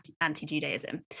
anti-judaism